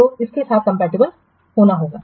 तो इसके साथ कंपैटिबल होना होगा